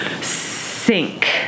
sink